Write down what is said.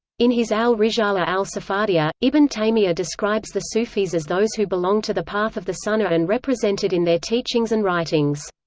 in his al-risala al-safadiyya, ibn taymiyyah describes the sufis as those who belong to the path of the sunna and represent it in their teachings and writings.